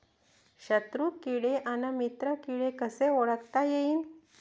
शत्रु किडे अन मित्र किडे कसे ओळखता येईन?